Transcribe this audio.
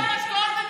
מס על משקאות מתוקים,